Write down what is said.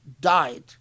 died